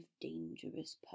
dangerous